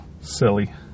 silly